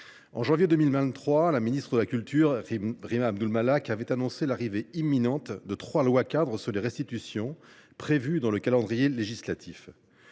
de janvier 2023, la ministre de la culture, Rima Abdul Malak, avait annoncé l’arrivée imminente de trois lois cadres sur les restitutions, prévues dans le calendrier législatif.